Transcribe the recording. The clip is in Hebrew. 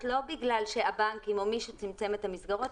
לא בגלל הבנקים או מי שצמצם את המסגרות,